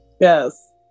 Yes